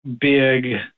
big